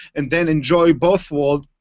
and then enjoy both worlds